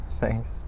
Thanks